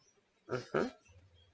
mmhmm